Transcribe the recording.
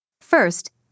First